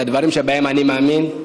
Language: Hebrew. את הדברים שבהם אני מאמין,